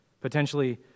potentially